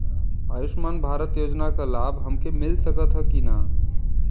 आयुष्मान भारत योजना क लाभ हमके मिल सकत ह कि ना?